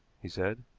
he said.